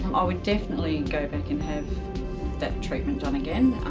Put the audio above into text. um ah would definitely go back and have that treatment done again